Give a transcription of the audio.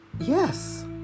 Yes